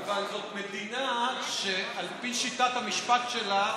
אבל זאת מדינה שעל פי שיטת המשפט שלה,